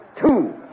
two